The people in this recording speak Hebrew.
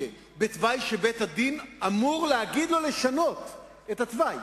בתוואי שבית-הדין אמור להגיד לו לשנות את התוואי,